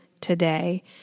today